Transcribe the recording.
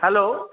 hello